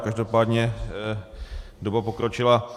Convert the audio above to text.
Každopádně doba pokročila.